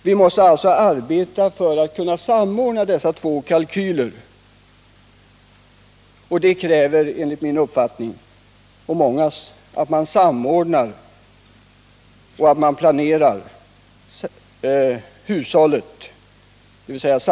Vi måste alltså arbeta för att samordna dessa två kalkyler, och det kräver enligt min och många andras uppfattning att man planerar samhällshushållningen.